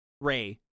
Ray